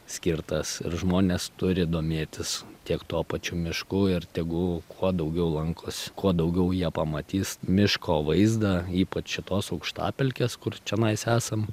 skirtas ir žmonės turi domėtis tiek tuo pačiu mišku ir tegu kuo daugiau lankosi kuo daugiau jie pamatys miško vaizdą ypač šitos aukštapelkės kur čionais esam